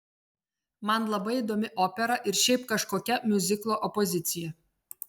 man labai įdomi opera ir šiaip kažkokia miuziklo opozicija